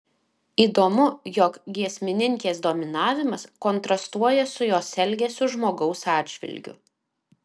įdomu jog giesmininkės dominavimas kontrastuoja su jos elgesiu žmogaus atžvilgiu